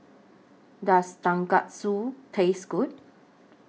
Does Tonkatsu Taste Good